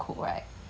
the thing is that